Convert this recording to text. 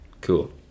Cool